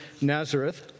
Nazareth